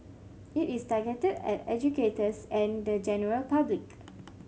it is targeted at educators and the general public